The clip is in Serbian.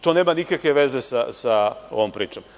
To nema nikakve veze sa ovom pričom.